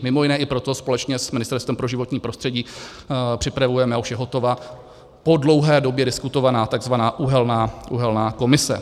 Mimo jiné i proto s Ministerstvem pro životní prostředí připravujeme, už je hotova po dlouhé době diskutovaná takzvaná uhelná komise.